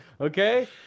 Okay